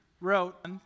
wrote